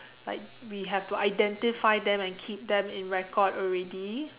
like we have to identify them and keep them in record already